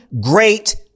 great